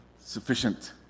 sufficient